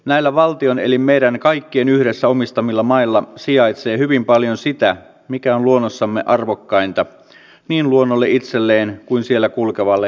näillä valtion eli meidän kaikkien yhdessä omistamilla mailla sijaitsee hyvin paljon sitä mikä on luonnossamme arvokkainta niin luonnolle itselleen kuin siellä kulkevalle luonnonystävälle